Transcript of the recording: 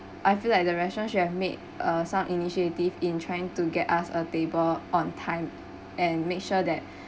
I feel like the restaurants should have made uh some initiative in trying to get us a table on time and make sure that